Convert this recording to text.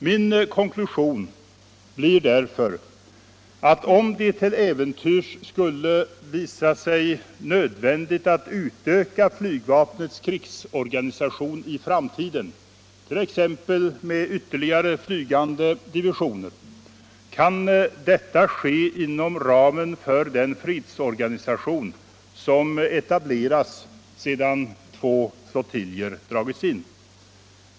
Min konklusion blir därför att om det till äventyrs skulle visa sig nödvändigt att utöka flygvapnets krigsorganisation i framtiden, t.ex. med ytterligare flygande divisioner, kan detta ske inom ramen för den fredsorganisation som etableras sedan två flottiljer dragits in.